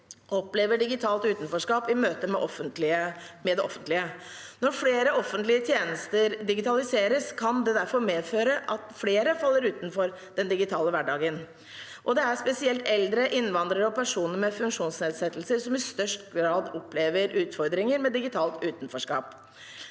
opplever digitalt utenforskap i møte med det offentlige. Når flere offentlige tjenester digitaliseres, kan det derfor medføre at flere faller utenfor den digitale hverdagen. Det er spesielt eldre, innvandrere og personer med funksjonsnedsettelser som i størst grad opplever utfordringer med digitalt utenforskap.